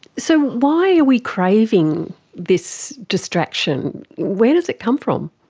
so why are we craving this distraction, where does it come from?